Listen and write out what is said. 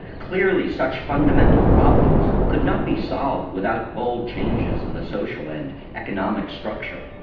clearly, such fundamental problems could not be solved without bold changes in the social and economic structure.